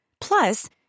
Plus